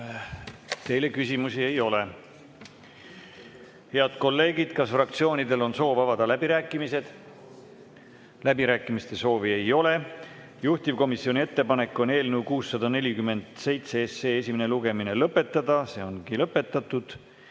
Teile küsimusi ei ole. Head kolleegid, kas fraktsioonidel on soov avada läbirääkimised? Läbirääkimiste soovi ei ole. Juhtivkomisjoni ettepanek on eelnõu 647 esimene lugemine lõpetada, see ongi lõpetatud.